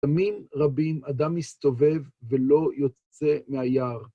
ימים רבים אדם מסתובב ולא יוצא מהיער.